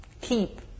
keep